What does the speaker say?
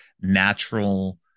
natural